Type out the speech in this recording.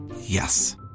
Yes